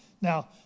Now